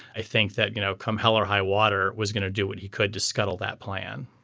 i think that you know come hell or high water was going to do what he could to scuttle that plan